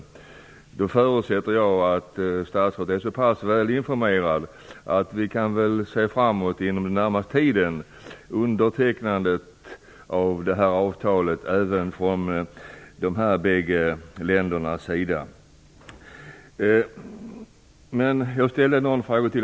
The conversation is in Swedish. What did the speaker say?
Jag förutsätter att statsrådet är väl informerad och att vi kan se fram emot ett undertecknande av detta avtal under den närmaste tiden från även dessa bägge länders sida. Jag ställde också ytterligare någon fråga.